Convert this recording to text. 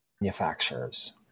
manufacturers